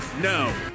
no